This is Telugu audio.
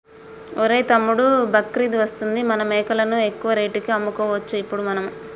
ఒరేయ్ తమ్ముడు బక్రీద్ వస్తుంది మన మేకలను ఎక్కువ రేటుకి అమ్ముకోవచ్చు ఇప్పుడు మనము